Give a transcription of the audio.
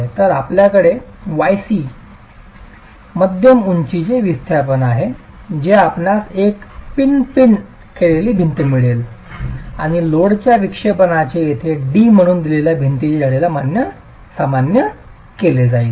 तर आपल्याकडे yc मध्य उंचीचे विस्थापन आहे जे आपणास एक पिन पिन केलेली भिंत मिळेल आणि लोडच्या विलक्षणपणाने येथे d म्हणून दिलेल्या भिंतीच्या जाडीला सामान्य केले जाईल